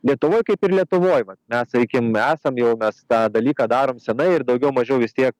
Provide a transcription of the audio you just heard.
lietuvoj kaip ir lietuvoj vat mes sakykim esam jau mes tą dalyką darom senai ir daugiau mažiau vis tiek